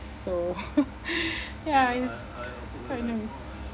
so ya it's it's quite